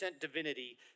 divinity